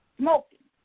smoking